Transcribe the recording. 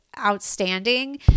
outstanding